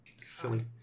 Silly